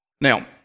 Now